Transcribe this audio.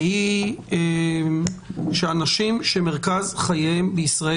והיא שאנשים שמרכז חייהם בישראל